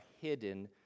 hidden